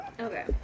Okay